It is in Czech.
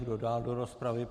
Kdo dál do rozpravy?